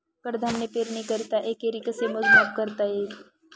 कडधान्य पेरणीकरिता एकरी कसे मोजमाप करता येईल?